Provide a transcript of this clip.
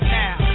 now